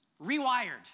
rewired